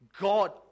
God